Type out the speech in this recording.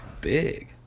big